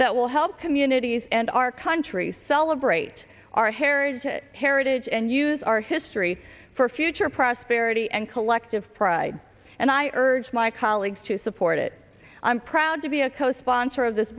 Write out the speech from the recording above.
that will help communities and our country celebrate our heritage heritage and use our history for future prosperity and collective pride and i urge my colleagues to support it i'm proud to be a co sponsor of this